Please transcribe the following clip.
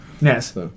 Yes